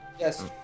Yes